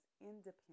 independent